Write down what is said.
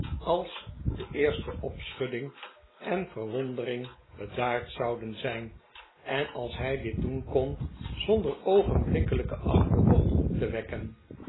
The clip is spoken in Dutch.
als de eerste opschudding en verwondering bedaard zouden zijn en als hij dit doen kon zonder oogenblikkelijke achterdocht op te wekken